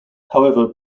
however